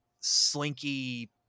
slinky